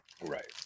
Right